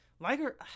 Liger